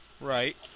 Right